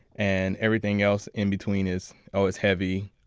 and everything else in between is oh, it's heavy.